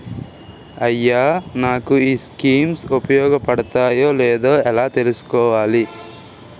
అయ్యా నాకు ఈ స్కీమ్స్ ఉపయోగ పడతయో లేదో ఎలా తులుసుకోవాలి?